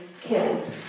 killed